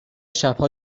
شبها